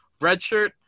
redshirt